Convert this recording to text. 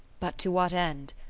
but to what end?